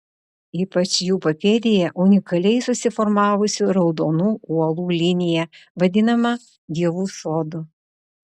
ypač jų papėdėje unikaliai susiformavusių raudonų uolų linija vadinama dievų sodu